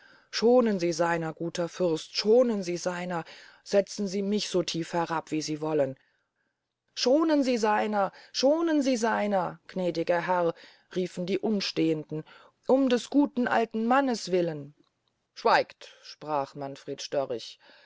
schonen sie seiner guter fürst schonen sie seiner setzen sie mich so tief herab wie sie wollen schonen sie seiner schonen sie seiner gnädiger herr riefen die umstehenden um des guten alten mannes willen schweigt sprach manfred störrig